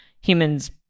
humans